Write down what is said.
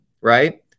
right